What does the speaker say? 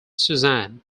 susan